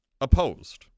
opposed